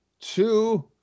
two